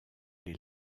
les